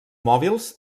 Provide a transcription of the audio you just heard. mòbils